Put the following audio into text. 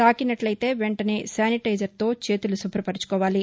తాకినట్లయితే వెంటనే శానిటైజర్తో చేతులు శుభ్రపరచుకోవాలి